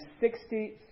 sixty